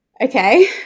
okay